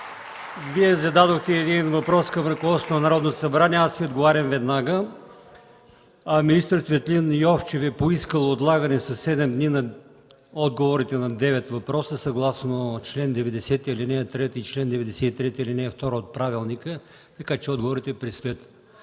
Вие зададохте един въпрос към ръководството на Народното събрание. Аз Ви отговарям веднага: Министър Цветлин Йовчев е поискал отлагане със седем дни на отговорите на девет въпроса съгласно чл. 90, ал. 3 и чл. 93, ал. 2 от правилника. Така че отговорите предстоят.